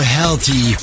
healthy